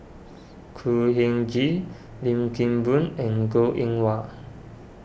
Khor Ean Ghee Lim Kim Boon and Goh Eng Wah